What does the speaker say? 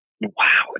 Wow